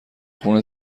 خون